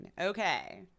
Okay